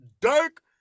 Dirk